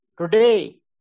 today